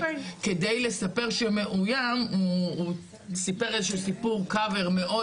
כדי לספר שהוא מאויים הוא סיפר איזה שהוא סיפור cover מאוד,